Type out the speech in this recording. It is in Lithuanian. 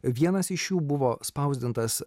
vienas iš jų buvo spausdintas